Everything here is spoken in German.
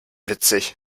witzig